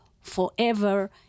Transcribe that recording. forever